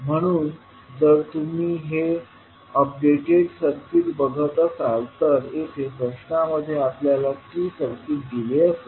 म्हणून जर तुम्ही हे अपडेटेड सर्किट बघत असाल तर इथे प्रश्नामध्ये आपल्याला T सर्किट दिले असेल